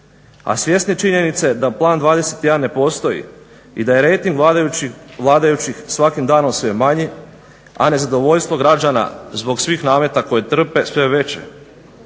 a svjesni činjenice da Plan 21 ne postoji i da je rejting vladajućih svakim danom sve manji, a nezadovoljstvo građana zbog svih nameta koje trpe sve veće,